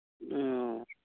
ᱚᱻ